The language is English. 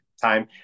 time